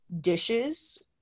dishes